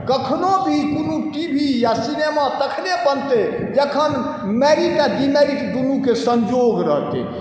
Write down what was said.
कखनो भी कोनो टी वी या सिनेमा तखने बनतै जखन मेरिट आओर डिमेरिट दुनूके सँजोग रहतै